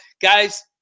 Guys